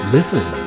Listen